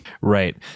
Right